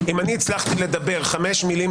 אני קורא אותך לסדר פעם שנייה.